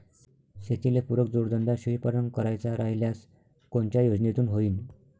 शेतीले पुरक जोडधंदा शेळीपालन करायचा राह्यल्यास कोनच्या योजनेतून होईन?